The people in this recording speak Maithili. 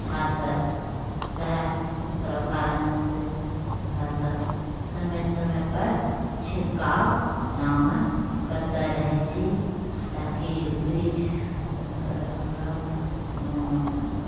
अच्छासँ रहैए एकरो कारणसँ हमरासब समय समय पर छिड़काव एकरामे करते रहै छी ताकि वृक्ष हमरो